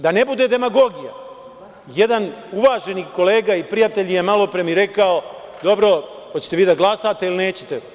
Da ne bude demagogija, jedan uvaženi kolega i prijatelj malopre mi rekao, dobro hoćete vi da glasate ili nećete?